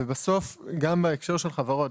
ובסוף גם בהקשר של חברות,